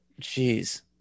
Jeez